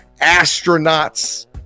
astronauts